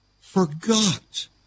forgot